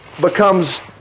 becomes